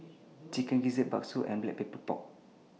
Chicken Gizzard Bakso and Black Pepper Pork